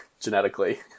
genetically